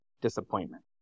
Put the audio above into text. disappointment